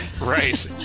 Right